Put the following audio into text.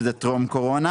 שזה טרום הקורונה,